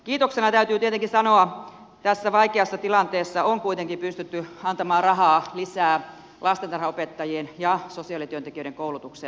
kiitoksena täytyy tietenkin sanoa että tässä vaikeassa tilanteessa on kuitenkin pystytty antamaan rahaa lisää lastentarhanopettajien ja sosiaalityöntekijöiden koulutukseen